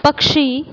पक्षी